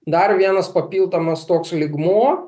dar vienas papildomas toks lygmuo